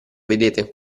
vedete